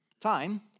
Time